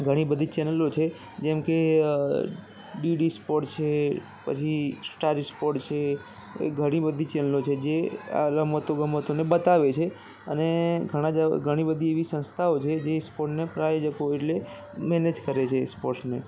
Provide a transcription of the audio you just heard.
ઘણી બધી ચેનલો છે જેમ કે અ ડિ ડિ સ્પોર્ટ છે પછી સ્ટાર સ્પોર્ટ છે ઘણી બધી ચેનલો છે જે આ રમતો ગમતોને બતાવે છે અને ઘણા ઘણી બધી એવી સંસ્થાઓ છે જે સ્પોર્ટને પ્રાયોજકો એટલે મેનેજ કરે છે સ્પોર્ટ્સને